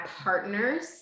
partners